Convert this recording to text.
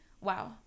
wow